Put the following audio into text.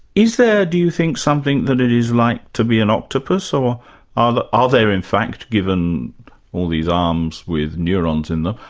is there, do you think, something that it is like to be an octopus, or are there in fact given all these arms with neurons in them,